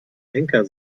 henker